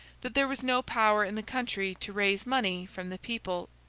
that there was no power in the country to raise money from the people,